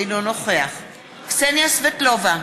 אינו נוכח קסניה סבטלובה,